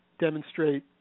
demonstrate